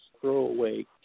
throwaway